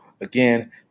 again